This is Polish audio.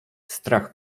strach